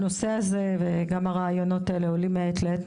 הנושא הזה וגם הרעיונות האלה עולים מעת לעת.